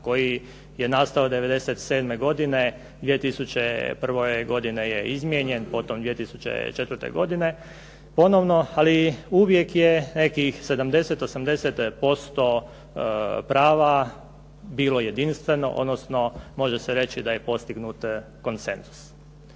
koji je nastao '97. godine 2001. godine je izmijenjen. Potom 2004. godine ponovno, ali uvijek je nekih 70, 80% prava bilo jedinstveno, odnosno može se reći da je postignut konsenzus.